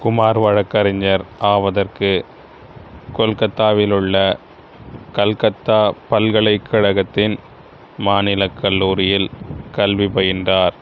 குமார் வழக்கறிஞர் ஆவதற்கு கொல்கத்தாவிலுள்ள கல்கத்தா பல்கலைக்கழகத்தின் மாநிலக் கல்லூரியில் கல்வி பயின்றார்